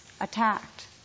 attacked